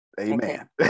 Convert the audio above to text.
amen